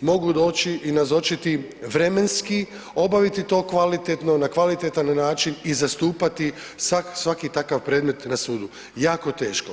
mogu doći i nazočiti, vremenski obaviti to kvalitetno, na kvalitetan način i zastupati svaki takav predmet na sudu, jako teško.